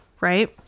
right